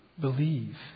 Believe